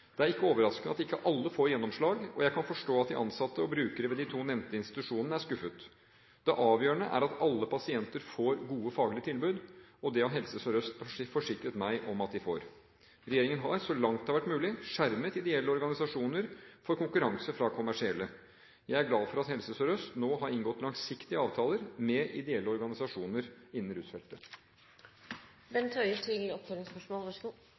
Det er ikke overraskende at ikke alle får gjennomslag, og jeg kan forstå at de ansatte og brukere ved de to nevnte institusjonene er skuffet. Det avgjørende er at alle pasienter får gode faglige tilbud. Det har Helse Sør-Øst forsikret meg om at de får. Regjeringen har, så langt det har vært mulig, skjermet ideelle organisasjoner for konkurranse fra kommersielle. Jeg er glad for at Helse Sør-Øst nå har inngått langsiktige avtaler med ideelle organisasjoner innen